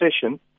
session